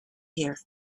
here